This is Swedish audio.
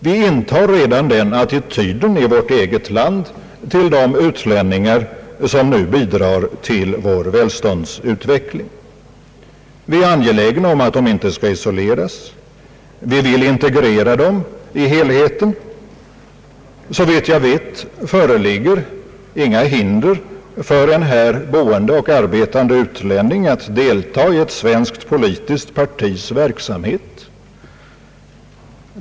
Vi intar redan den attityden i vårt eget land till de utlänningar som nu bidrar till vår välståndsutveckling. Vi är angelägna om att de inte skall isoleras, vi vill integrera dem i helheten. Såvitt jag vet föreligger inga hinder för en här boende och arbetande utlänning att delta i ett svenskt politiskt partis verksamhet.